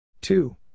two